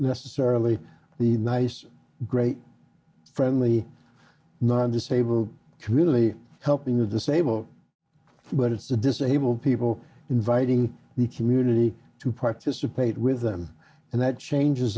necessarily the nice great friendly non disabled can really help in the disabled but it's the disabled people inviting the community to participate with them and that changes